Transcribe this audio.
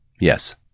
Yes